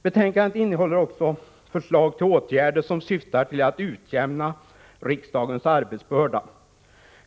Betänkandet innehåller vidare förslag till åtgärder, som syftar till att utjämna riksdagens arbetsbörda.